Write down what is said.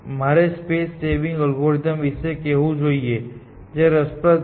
મારે space saving algorithm વિશે કેહવું જોઈએ જે રસપ્રદ છે